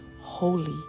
holy